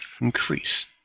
increase